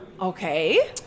Okay